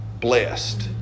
blessed